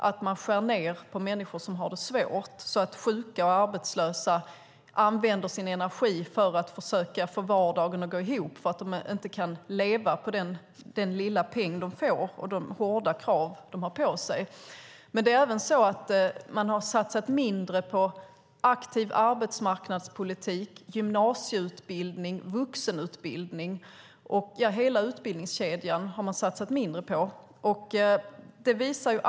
Man skär ned för människor som har det svårt så att sjuka och arbetslösa använder sin energi till att försöka få vardagen att gå ihop eftersom de inte kan leva på den lilla peng de får. Man har också satsat mindre på aktiv arbetsmarknadspolitik, gymnasieutbildning och vuxenutbildning. Man har satsat mindre på hela utbildningskedjan.